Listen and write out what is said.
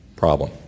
problem